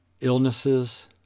illnesses